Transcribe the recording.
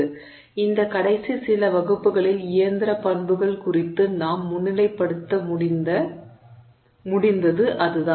எனவே இந்த கடைசி சில வகுப்புகளில் இயந்திர பண்புகள் குறித்து நாம் முன்னிலைப்படுத்த முடிந்தது அதுதான்